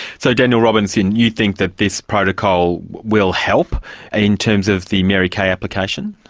so daniel robinson, you think that this protocol will help in terms of the mary kay application?